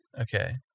okay